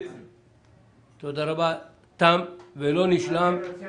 אני רוצה